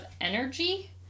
energy